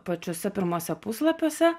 pačiuose pirmuose puslapiuose